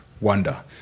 wonder